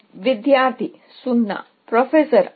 విద్యార్థి ప్రొఫెసర్ అవును